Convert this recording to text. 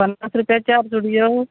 पन्नास रुपया चार चुडयो